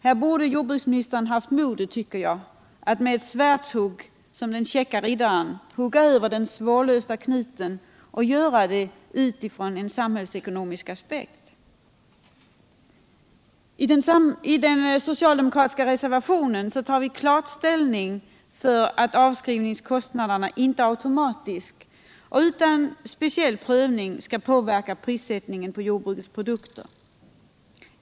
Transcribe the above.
Här borde jordbruksministern haft modet att som den käcka riddaren med ett svärdshugg hugga av den svårlösta knuten och göra det utifrån en samhällsekonomisk aspekt. I den socialdemokratiska reservationen tar vi klart ställning för att avskrivningskostnaderna inte automatiskt och utan speciell prövning skall påverka prissättningen på jordbrukets produkter.